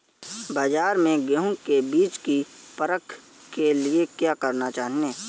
बाज़ार में गेहूँ के बीज की परख के लिए क्या करना चाहिए?